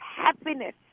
happiness